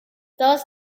does